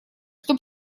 что